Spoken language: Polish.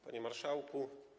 Panie Marszałku!